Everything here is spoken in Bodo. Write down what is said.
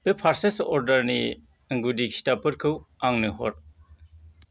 बे पारचेस अर्दारनि गुदि खिथाबफोरखौ आंनो हर